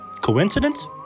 Coincidence